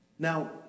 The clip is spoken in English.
Now